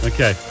Okay